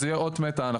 זו תהיה אות מתה,